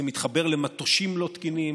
זה מתחבר למטושים לא תקינים,